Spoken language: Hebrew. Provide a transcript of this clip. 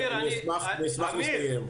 אני אשמח לסיים.